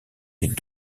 les